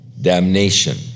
damnation